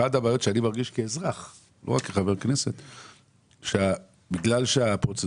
אחת הבעיות שאני חש כאזרח ולא רק כחבר כנסת היא שבגלל שאתה